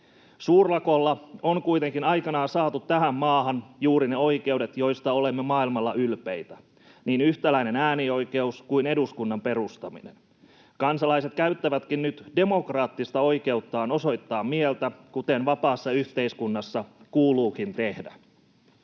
Suurlakolla on kuitenkin aikanaan saatu tähän maahan juuri ne oikeudet, joista olemme maailmalla ylpeitä: niin yhtäläinen äänioikeus kuin eduskunnan perustaminen. Kansalaiset käyttävätkin nyt demokraattista oikeuttaan osoittaa mieltä, kuten vapaassa yhteiskunnassa kuuluukin tehdä.